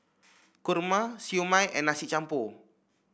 kurma Siew Mai and Nasi Campur